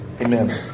Amen